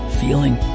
feeling